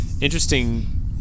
interesting